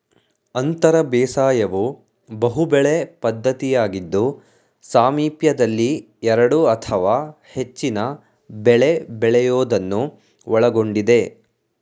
ಅಂತರ ಬೇಸಾಯವು ಬಹುಬೆಳೆ ಪದ್ಧತಿಯಾಗಿದ್ದು ಸಾಮೀಪ್ಯದಲ್ಲಿ ಎರಡು ಅಥವಾ ಹೆಚ್ಚಿನ ಬೆಳೆ ಬೆಳೆಯೋದನ್ನು ಒಳಗೊಂಡಿದೆ